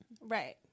right